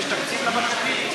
יש תקציב לפקחים?